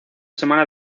semana